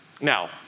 Now